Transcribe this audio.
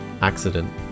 accident